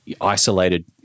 isolated